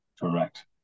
Correct